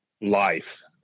life